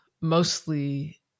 mostly